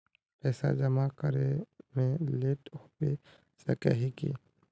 पैसा जमा करे में लेट होबे सके है की?